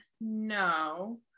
no